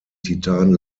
titan